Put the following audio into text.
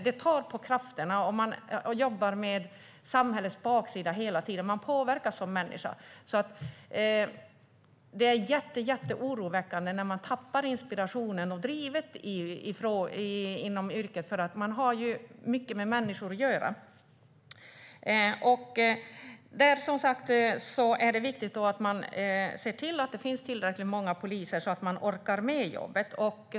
Det tar på krafterna när man hela tiden jobbar med samhällets baksida. Det gör att man påverkas som människa. Det är jätteoroväckande när man tappar inspirationen och drivet inom yrket. Man har ju mycket med människor att göra. Som sagt är det viktigt att se till att det finns tillräckligt många poliser, så att man orkar med jobbet.